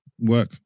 Work